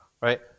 right